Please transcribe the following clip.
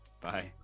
bye